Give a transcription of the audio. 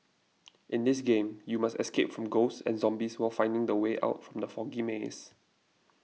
in this game you must escape from ghosts and zombies while finding the way out from the foggy maze